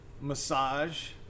massage